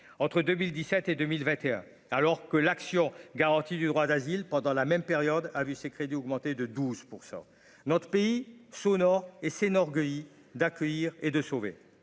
entre 2017 et 2021 alors que l'action garantie du droit d'asile, pendant la même période a vu ses crédits augmenter de 12 % notre pays sonore et c'est n'orgueil d'accueillir et de sauver